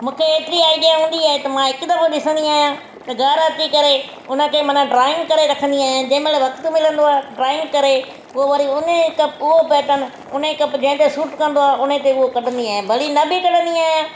मूंखे एतिरी आइडिया हूंदी आहे त मां हिकु दफ़ो ॾिसंदी आहियां त घरु अची करे उनखे माना ड्राइंग करे रखंदी आहियां जंहिंमहिल वक़्तु मिलंदो आहे ड्राइंग करे पोइ वरी उन कपिड़े ते हूअ पेटर्न उन कप जंहिं ते सूट कंदो आहे उन ते हूअ कढंदी आहियां भली न बि कढ़ंदी आहियां